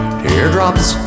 teardrops